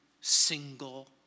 single